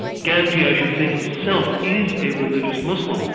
ganji i should say himself is a religious muslim,